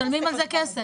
משלמים על זה כסף.